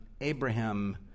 Abraham